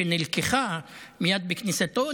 שנלקחה מייד בכניסתו,